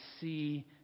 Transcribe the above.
see